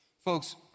Folks